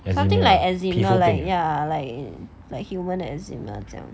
eczema 皮肤病